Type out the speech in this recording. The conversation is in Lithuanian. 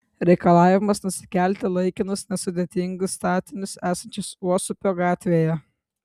reikalavimas nusikelti laikinus nesudėtingus statinius esančius uosupio gatvėje